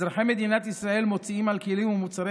אזרחי מדינת ישראל מוציאים על כלים ומוצרי